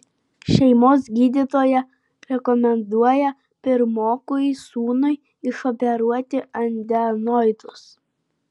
šeimos gydytoja rekomenduoja pirmokui sūnui išoperuoti adenoidus